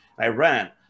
Iran